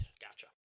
Gotcha